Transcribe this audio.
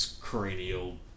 cranial